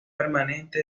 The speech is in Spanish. permanente